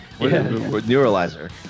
neuralizer